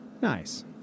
nice